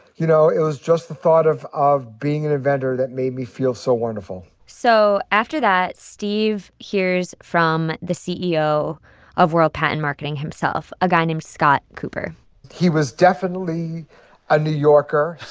you know, it was just the thought of of being an inventor that made me feel so wonderful so after that, steve hears from the ceo of world patent marketing himself, a guy named scott cooper he was definitely a new yorker.